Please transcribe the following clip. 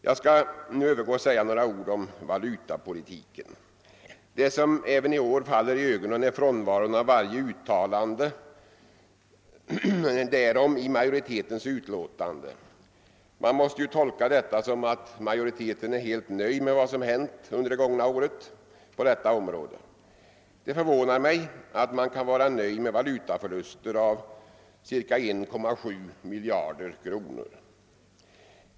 Jag skall nu övergå till att något kommentera valutapolitiken. Det som även i år faller i ögonen är frånvaron av varje uttalande därom i majoritetens utlåtande. Detta måste tolkas som att majoriteten är helt nöjd med vad som hänt på detta område under det gångna året. Det förvånar mig att man kan vara nöjd med valutaförluster av ca 1,7 miljarder kronor.